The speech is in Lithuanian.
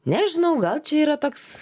nežinau gal čia yra toks